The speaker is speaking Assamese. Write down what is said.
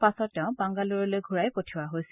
পাছত তেওঁক বাংগালুৰুলৈ ঘূৰাই পঠিওৱা হৈছিল